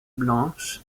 blanche